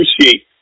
appreciate